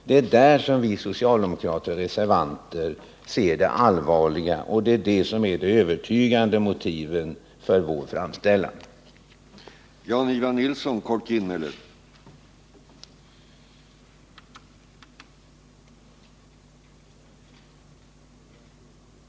Det är på den punkten som vi socialdemokrater ser allvarliga brister, och det är där som de övertygande motiven för vår framställan ligger.